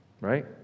Right